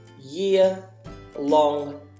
year-long